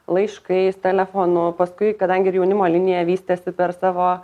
laiškais telefonu paskui kadangi ir jaunimo linija vystėsi per savo